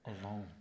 alone